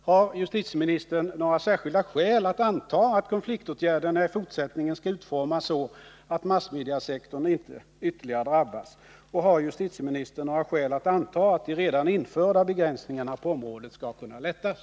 Har justitieministern några särskilda skäl att anta att konfliktåtgärderna i fortsättningen skall utformas så att massmediasektorn inte ytterligare drabbas? Har justitieministern några skäl att anta att de redan införda begränsningarna på området snart skall kunna lättas?